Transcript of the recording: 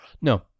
No